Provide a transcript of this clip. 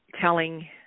telling